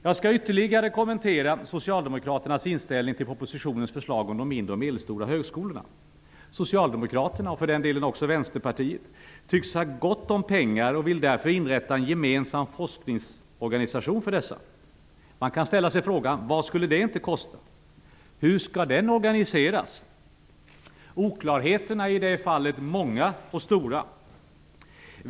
Jag skall ytterligare kommentera Socialdemokraterna, och för den delen också Vänsterpartiet, tycks ha gott om pengar och vill därför inrätta en gemensam forskningsorganisation för dessa högskolor. Vad skulle det inte kosta? Hur skall det organiseras? Oklarheterna är många!